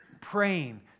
praying